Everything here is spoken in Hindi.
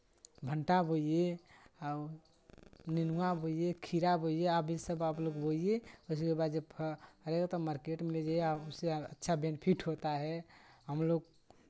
भाँटा बोइये आ वो नेनुआ बोइये खीरा बोइये अभी से आप लोग बोइये उसके बाद जब फ फड़ेगा तो मार्केट में ले जाइये उससे अच्छा बेनिफिट होता है हमलोग